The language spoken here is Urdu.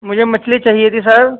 مجھے مچھلی چاہیے تھی سر